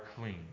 clean